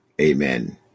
Amen